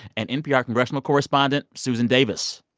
and npr congressional correspondent susan davis.